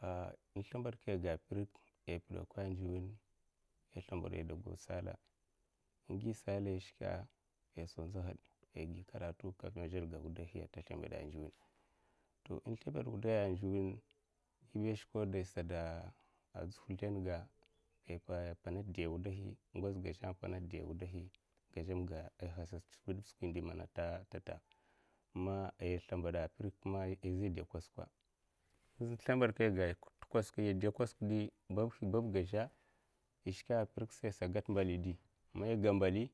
Ai in slimbad kaiga pirik ai pi dok ai, nziwin ai da go salla in gi salla ai shika ai sa nzohot aigi karatu gazhvemga ai wudaiya a, ta slimbada ai nzuwin ai wai shkawda isa dzuh siɗa ai panat aidi ai wudahi ngozga a'zha a panat di ai wudahi ai hasat skwi indi mana ai tatta i slimbada ai pirak kuma izhada kwasak in slimba kaiga tukwasak babga zhu, shka pirik aisa gat mbali mai ga mbai